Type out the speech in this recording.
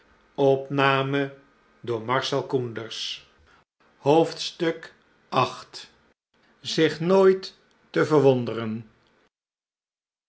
viii zich nooit te verwonderen